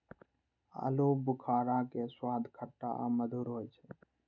आलू बुखारा के स्वाद खट्टा आ मधुर होइ छै